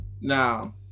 now